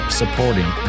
supporting